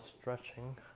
stretching